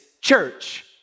church